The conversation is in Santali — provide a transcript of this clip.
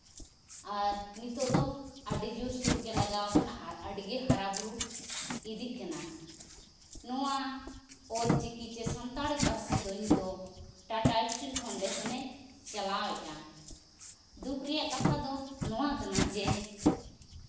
ᱟᱨ ᱱᱤᱛᱚᱜ ᱫᱚ ᱟᱹᱰᱤ ᱡᱳᱨ ᱥᱳᱨ ᱜᱮ ᱞᱟᱜᱟᱣ ᱠᱟᱱᱟ ᱟᱨ ᱟᱹᱰᱤᱜᱮ ᱦᱟᱨᱟᱼᱵᱩᱨᱩ ᱤᱫᱤᱜ ᱠᱟᱱᱟ ᱱᱚᱣᱟ ᱚᱞᱪᱤᱠᱤ ᱥᱮ ᱥᱟᱱᱛᱟᱲᱤ ᱯᱟᱹᱨᱥᱤ ᱫᱚ ᱱᱤᱛᱚᱜ ᱴᱟᱴᱟ ᱥᱴᱤᱞ ᱯᱟᱣᱩᱱᱰᱮᱥᱚᱱᱮ ᱪᱟᱞᱟᱣᱮᱜᱼᱟ ᱫᱩᱠ ᱨᱮᱭᱟᱜ ᱠᱟᱛᱷᱟ ᱫᱚ ᱱᱚᱣᱟ ᱠᱟᱱᱟ ᱡᱮ